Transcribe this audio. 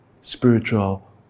spiritual